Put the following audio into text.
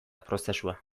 prozesua